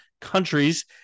countries